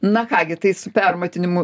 na ką gi tai su permatinimu